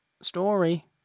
story